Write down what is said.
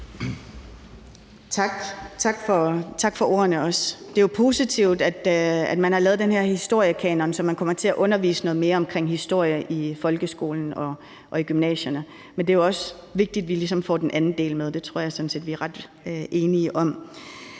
tak for ordene. Det er jo positivt, at man har lavet den her historiekanon, så man kommer til at undervise noget mere i historien i folkeskolen og gymnasiet. Men det er jo også vigtigt, at vi ligesom får den anden del med; det tror jeg sådan set vi er ret enige om.